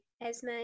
Esme